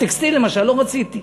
הטקסטיל למשל, לא רציתי,